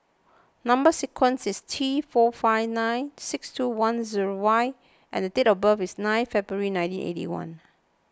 Number Sequence is T four five nine six two one zero Y and date of birth is nine February nineteen eighty one